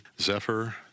Zephyr